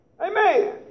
Amen